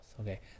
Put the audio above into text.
Okay